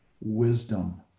wisdom